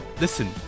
Listen